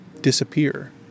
disappear